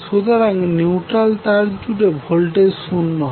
সুতরাং নিউট্রাল তার জুড়ে ভোল্টেজ শূন্য হবে